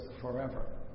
forever